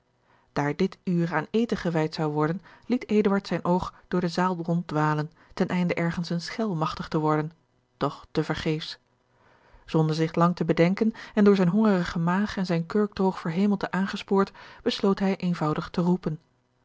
daar dit uur aan eten gewijd zou worden liet eduard zijn oog door de zaal ronddwalen ten einde ergens eene schel magtig te worden doch te vergeefs zonder zich lang te bedenken en door zijne hongerige maag en zijn kurkdroog verhemelte aangespoord besloot hij eenvoudig te roepen